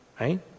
right